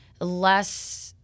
less